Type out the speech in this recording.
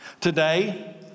today